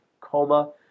coma